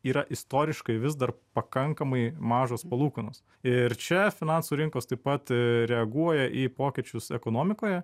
yra istoriškai vis dar pakankamai mažos palūkanos ir čia finansų rinkos taip pat reaguoja į pokyčius ekonomikoje